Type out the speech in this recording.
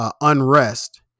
Unrest